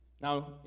Now